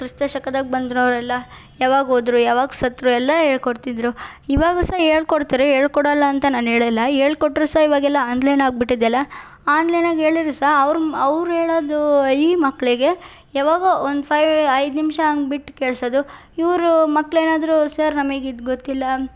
ಕ್ರಿಸ್ತಶಕದಲ್ಲಿ ಬಂದ್ರು ಅವರೆಲ್ಲ ಯಾವಾಗ್ ಹೋದ್ರು ಯಾವಾಗ್ ಸತ್ತರು ಎಲ್ಲ ಹೇಳ್ಕೊಡ್ತಿದ್ರು ಇವಾಗೂ ಸಹ ಹೇಳ್ಕೊಡ್ತಾರೆ ಹೋಳ್ಕೊಡಲ್ಲ ಅಂತ ನಾನು ಹೇಳೋಲ್ಲ ಹೇಳ್ಕೊಟ್ಟರೂ ಸಹ ಇವಾಗೆಲ್ಲ ಆನ್ಲೈನ್ ಆಗ್ಬಿಟ್ಟಿದೆಯಲ್ಲ ಆನ್ಲೈನಾಗ ಹೇಳಿದ್ರು ಸಹ ಅವ್ರ ಅವ್ರು ಹೇಳೋದು ಈ ಮಕ್ಕಳಿಗೆ ಯಾವಾಗೋ ಒಂದು ಫೈವ್ ಐದು ನಿಮಿಷ ಹಾಗ್ ಬಿಟ್ಟು ಕೇಳಿಸೋದು ಇವರೂ ಮಕ್ಳು ಏನಾದರೂ ಸರ್ ನಮಗಿದು ಗೊತ್ತಿಲ್ಲ